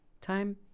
time